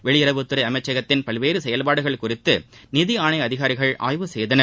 வெளியுறவுத்துறை அமச்சகத்தின் பல்வேறு செயல்பாடுகள் குறித்து நிதி ஆணைய அதிகாரிகள் ஆய்வு செய்தனர்